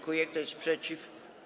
Kto jest przeciw?